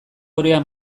orea